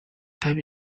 time